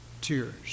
tears